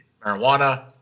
marijuana